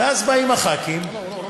ואז באים חברי הכנסת,